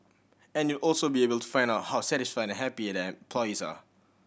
and you'd also be able to find out how satisfied and happy the employees are